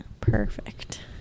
Perfect